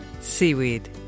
seaweed